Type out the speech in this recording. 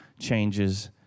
changes